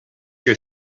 your